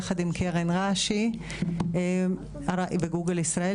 יחד עם קרן רש"י וגוגל ישראל,